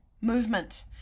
Movement